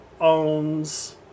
owns